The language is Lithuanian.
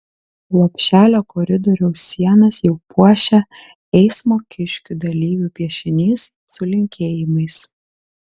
lopšelio koridoriaus sienas jau puošia eismo kiškių dalyvių piešinys su linkėjimais